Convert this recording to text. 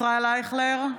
ישראל אייכלר,